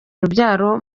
urubyaro